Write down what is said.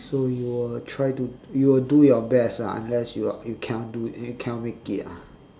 so you will try to you will do your best ah unless you are you cannot do it you cannot make it ah